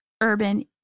urban